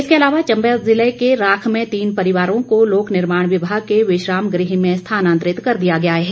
इसके अलावा चम्बा जिले के राख में तीन परिवारों को लोक निर्माण विभाग के विश्राम गृह में स्थानांतरित कर दिया गया है